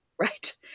Right